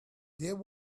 there